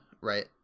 right